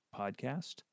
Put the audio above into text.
Podcast